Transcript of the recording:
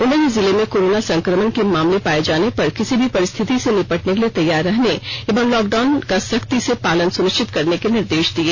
उन्होंने जिले में कोरोना संक्रमण के मामले पाए जाने पर किसी भी परिस्थिति से निपटने के लिए तैयार रहने एवं लॉक डाउन का सख्ती से पालन सुनिश्चित कराने के निर्देश दिए